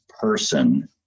person